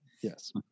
yes